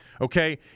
Okay